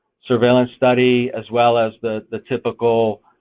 surveillance study as well as the the typical